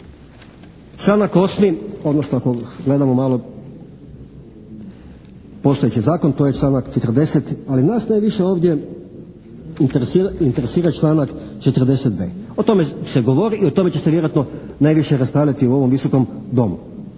Članak 8. odnosno ako gledamo malo postojeći zakon to je članak 40. ali nas najviše ovdje interesira članak 40.b. O tome se govori i o tome će se vjerojatno najviše raspravljati u ovom Visokom domu.